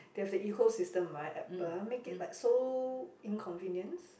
there is a ecosystem right make it like so inconvenience